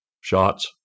Shots